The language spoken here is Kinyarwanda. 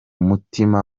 mutima